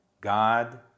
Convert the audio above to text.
God